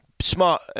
smart